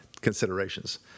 considerations